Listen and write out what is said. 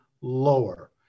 lower